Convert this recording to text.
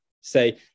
say